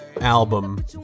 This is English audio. album